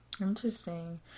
Interesting